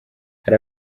hari